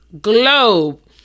globe